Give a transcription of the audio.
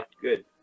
Good